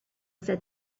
said